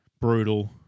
Brutal